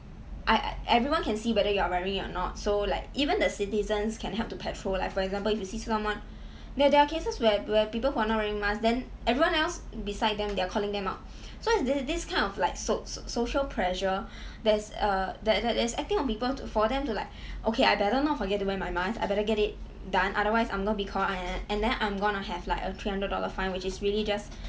uh everyone can see whether you are wearing or not so like even the citizens can help to patrol like for example if you see someone there there are cases where where people not wearing mask then everyone else beside them they are calling them out so there's this kind of like so~ social pressure that is err that that is acting on people to for them to like okay I better not forget to wear my mask I better get it done otherwise I'm going to be called out and and then I'm going to have like a three hundred dollar fine which is really just